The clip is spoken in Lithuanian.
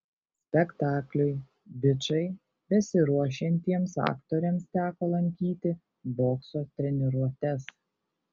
spektakliui bičai besiruošiantiems aktoriams teko lankyti bokso treniruotes